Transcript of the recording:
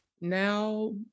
Now